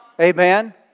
Amen